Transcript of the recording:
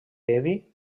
heavy